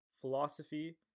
philosophy